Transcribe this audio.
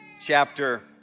chapter